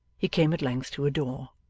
he came at length to a door.